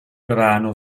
brano